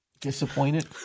disappointed